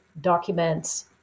documents